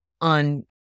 on